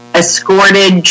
escorted